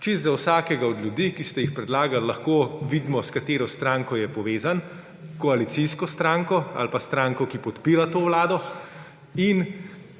Čisto za vsakega od ljudi, ki ste jih predlagali, lahko vidimo, s katero stranko je povezan, s koalicijsko stranko ali pa stranko, ki podpira to vlado, in